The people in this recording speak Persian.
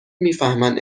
میفهمن